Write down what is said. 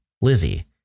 Lizzie